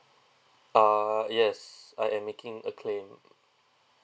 uh yes I am making a claim